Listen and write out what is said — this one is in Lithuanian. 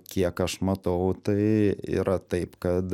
kiek aš matau tai yra taip kad